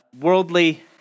worldly